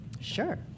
Sure